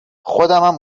خودمم